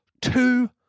two